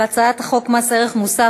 האלה יהיה מע"מ אפס או מע"מ מדורג.